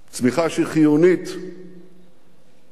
צמיחה שהיא חיונית למשאבים,